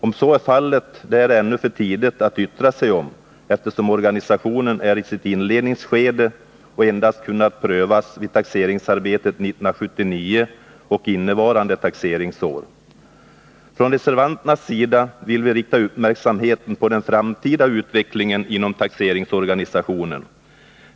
Om så blivit fallet är det ännu för tidigt att yttra sig om, eftersom omorganisationen är i sitt inledningsskede och endast kunnat prövas vid taxeringsarbetet 1979 och innevarande taxeringsår. Från reservanternas sida vill vi rikta uppmärksamheten på den framtida utvecklingen inom taxeringsorganisationen.